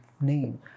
name